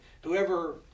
whoever